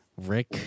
Rick